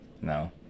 No